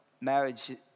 marriage